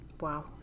Wow